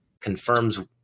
confirms